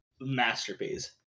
masterpiece